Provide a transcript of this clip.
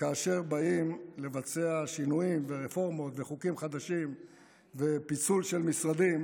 וכאשר באים לבצע שינויים ורפורמות וחוקים חדשים ופיצול של משרדים,